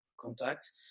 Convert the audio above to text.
contact